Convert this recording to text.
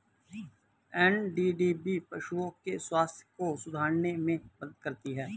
NDDB पशुओं के स्वास्थ्य को सुधारने में मदद करती है